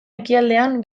ekialdean